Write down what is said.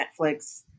Netflix